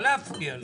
לא להפריע לו .